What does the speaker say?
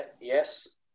yes